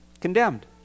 condemned